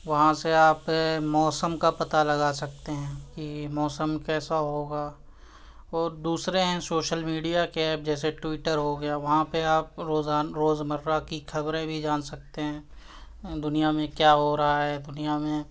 وہاں سے آپ موسم کا پتہ لگا سکتے ہیں کہ موسم کیسا ہوگا اور دوسرے ہیں شوشل میڈیا کے ایپ جیسے ٹویٹر ہو گیا وہاں پہ آپ روزانا روزمرہ کی خبریں بھی جان سکتے ہیں دنیا میں کیا ہو رہا ہے دنیا میں